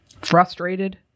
frustrated